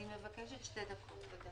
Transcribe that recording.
אני מבקשת שתי דקות הפסקה.